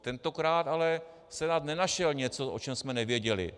Tentokrát ale Senát nenašel něco, o čem jsme nevěděli.